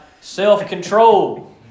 self-control